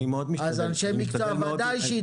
אז אנשי מקצוע ודאי.